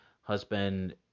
husband